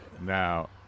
Now